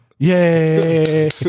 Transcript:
Yay